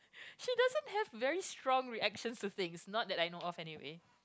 she doesn't have very strong reactions to things not that I know of anyway